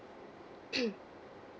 mm